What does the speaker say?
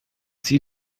zieh